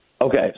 Okay